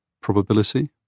probability